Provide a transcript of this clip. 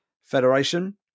Federation